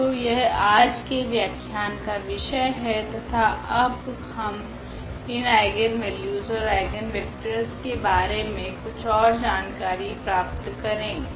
तो यह आजके व्याख्यान का विषय है तथा अब हम इन आइगनवेल्यूस ओर आइगनवेक्टरस के बारे मे कुछ ओर जानकारी प्राप्त करेगे